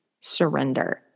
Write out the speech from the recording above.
surrender